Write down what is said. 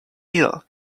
ill